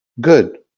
good